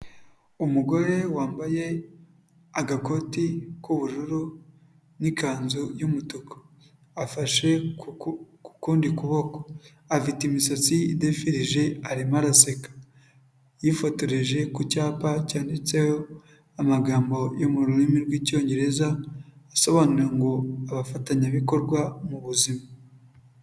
Umugore wambaye agakoti k'ubururu, n'ikanzu y'umutuku, afashe ku kundi kuboko, afite imisatsi idefirije, arimo araseka, yifotoreje ku cyapa cyanditseho amagambo yo mu rurimi rw'icyongereza, asobanura ngo abafatanyabikorwa mu buzima.